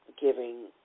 giving